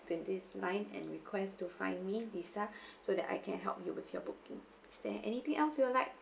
to this line and request to find me lisa so that I can help you with your book is there anything else you'd like